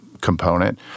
component